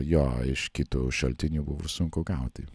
jo iš kitų šaltinių buvo sunku gauti